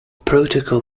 protocol